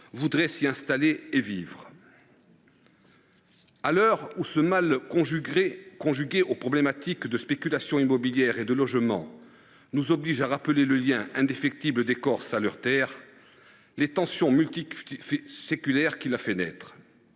voudraient s’y installer et y vivre. Ce mal, conjugué aux problématiques de spéculation immobilière et de logement, nous oblige à rappeler le lien indéfectible des Corses à leur terre, mais aussi les tensions multiséculaires qu’il a fait naître